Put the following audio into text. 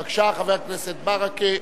בבקשה, חבר הכנסת ברכה.